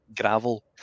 gravel